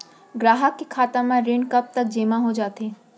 ग्राहक के खाता म ऋण कब तक जेमा हो जाथे?